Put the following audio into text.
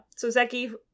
Soseki